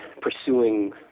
pursuing